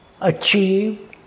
achieve